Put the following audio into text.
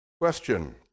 Question